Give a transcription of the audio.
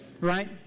right